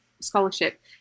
scholarship